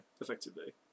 Effectively